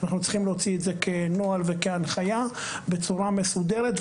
אנחנו צריכים להוציא את זה כנוהל וכהנחיה בצורה מסודרת.